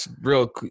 real